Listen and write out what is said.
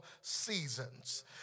seasons